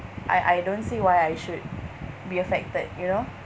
I I don't see why I should be affected you know